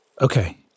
Okay